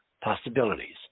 possibilities